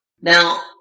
Now